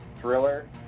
thriller